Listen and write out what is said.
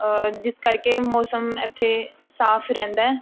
ਜਿਸ ਕਰਕੇ ਮੌਸਮ ਇੱਥੇ ਸਾਫ ਰਹਿੰਦਾ